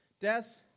Death